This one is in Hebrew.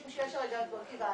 משום שיש את מרכיב האלכוהול.